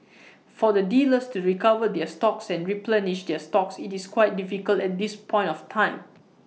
for the dealers to recover their stocks and replenish their stocks IT is quite difficult at this point of time